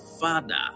father